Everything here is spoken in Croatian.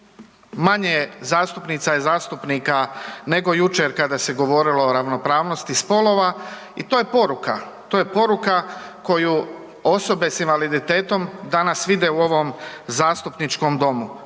manje je zastupnica i zastupnika nego jučer kada se govorilo o ravnopravnosti spolova i to je poruka. To je poruka koje osobe s invaliditetom danas vide u ovom zastupničkom domu.